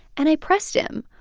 and i pressed him.